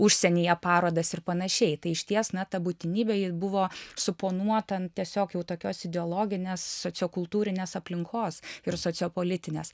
užsienyje parodas ir panašiai tai išties na ta būtinybė ji buvo suponuota ant tiesiog jau tokios ideologinės sociokultūrinės aplinkos ir sociopolitinės